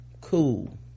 cool